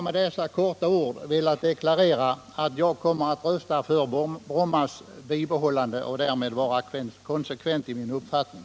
Med dessa få ord har jag velat deklarera att jag kommer att rösta för Brommas bibehållande och att jag därmed kommer att vara konsekvent i min uppfattning.